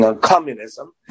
communism